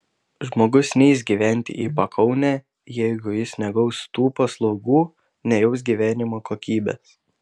žmogus neis gyventi į pakaunę jeigu jis negaus tų paslaugų nejaus gyvenimo kokybės